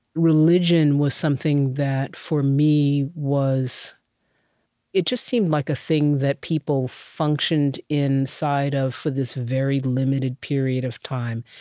religion was something that, for me, was it just seemed like a thing that people functioned inside of for this very limited period of time.